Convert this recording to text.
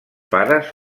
pares